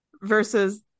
versus